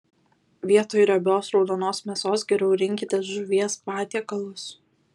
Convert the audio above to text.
vietoj riebios raudonos mėsos geriau rinkitės žuvies patiekalus